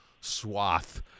swath